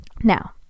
Now